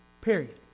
Period